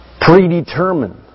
predetermined